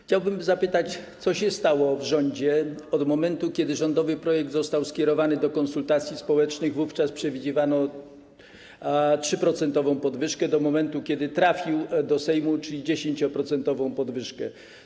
Chciałbym zapytać, co się stało w rządzie od momentu, kiedy rządowy projekt został skierowany do konsultacji społecznych - wówczas przewidywano 3-procentową podwyżkę - do momentu, kiedy trafił do Sejmu, z 10-procentową podwyżką.